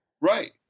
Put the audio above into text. Right